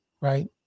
right